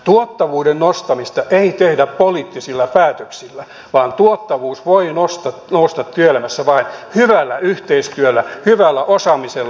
tuottavuuden nostamista ei tehdä poliittisilla päätöksillä vaan tuottavuus voi nousta työelämässä vain hyvällä yhteistyöllä hyvällä osaamisella